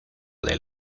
del